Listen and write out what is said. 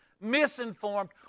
misinformed